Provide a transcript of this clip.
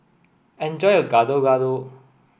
enjoy your Gado Gado